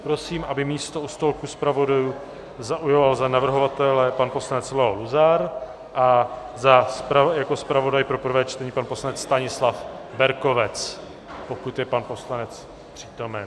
Prosím, aby místo u stolku zpravodajů zaujal za navrhovatele pan poslanec Leo Luzar a jako zpravodaj pro prvé čtení pan poslanec Stanislav Berkovec, pokud je pan poslanec přítomen.